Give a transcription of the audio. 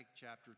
chapter